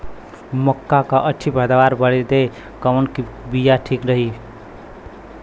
मक्का क अच्छी पैदावार बदे कवन बिया ठीक रही?